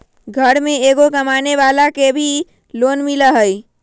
घर में एगो कमानेवाला के भी लोन मिलहई?